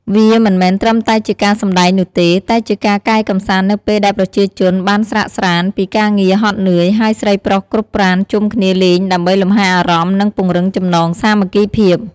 វាមិនមែនត្រឹមតែជាការសម្តែងនោះទេ តែជាការកែកម្សាន្តនៅពេលដែលប្រជាជនបានស្រាកស្រាន្តពីការងារហត់នឿយ ហើយស្រីប្រុសគ្រប់ប្រាណជុំគ្នាលេងដើម្បីលំហែអារម្មណ៍ និងពង្រឹងចំណងសាមគ្គីភាព។